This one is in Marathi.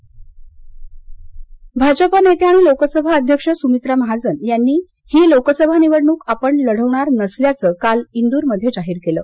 समित्रा महाजन भाजप नेत्या आणि लोकसभा अध्यक्ष सुमित्रा महाजन यांनी ही लोकसभा निवडणूक आपण लढवणार नसल्याचं काल इंद्रमध्ये जाहीर केलं